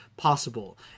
possible